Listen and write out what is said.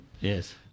Yes